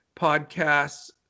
podcasts